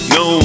no